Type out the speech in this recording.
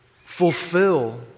fulfill